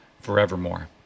forevermore